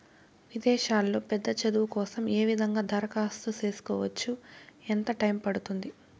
విదేశాల్లో పెద్ద చదువు కోసం ఏ విధంగా దరఖాస్తు సేసుకోవచ్చు? ఎంత టైము పడుతుంది?